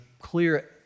clear